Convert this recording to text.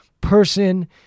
person